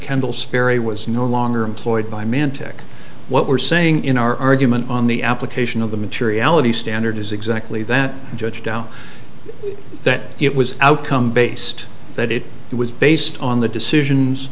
sperry was no longer employed by mantic what we're saying in our argument on the application of the materiality standard is exactly that judge down that it was outcome based that it was based on the decisions